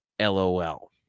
LOL